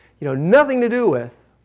you know, nothing to do with,